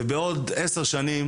ובעוד עשר שנים,